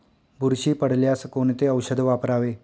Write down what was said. बुरशी पडल्यास कोणते औषध वापरावे?